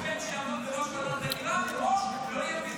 אתה לא יכול להגיד לו לפני המשחק שהוא לא אובייקטיבי.